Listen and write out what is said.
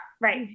right